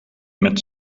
met